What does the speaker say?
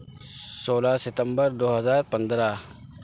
سولہ ستمبر دو ہزار پندرہ